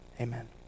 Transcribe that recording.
amen